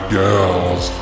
girls